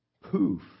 poof